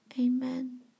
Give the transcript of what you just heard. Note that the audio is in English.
amen